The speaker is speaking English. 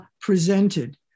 presented